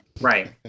Right